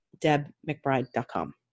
debmcbride.com